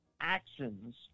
actions